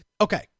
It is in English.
okay